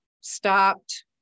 stopped